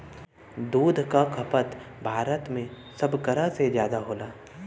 दूध क खपत भारत में सभकरा से जादा होला